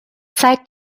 zeig